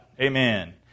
Amen